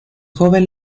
joven